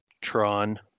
Tron